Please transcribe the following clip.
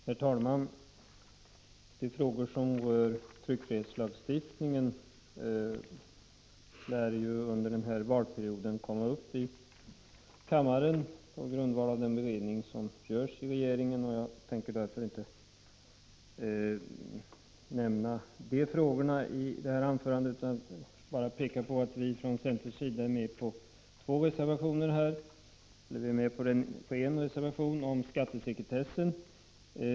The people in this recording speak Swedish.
Herr talman! De frågor som rör tryckfrihetslagstiftningen lär under den här valperioden komma upp i kammaren på grundval av den beredning som görs inom regeringskansliet, och jag tänker därför inte nämna de frågorna i detta anförande utan bara peka på att vi från centerns sida är med på två reservationer till utskottets betänkande. Den ena reservationen gäller skattesekretessen.